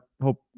hope